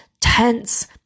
tense